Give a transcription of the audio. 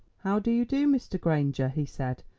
how do you do, mr. granger? he said,